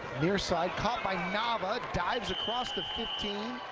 near side, caught by nava, dives across the fifteen,